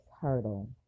hurdle